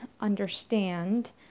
understand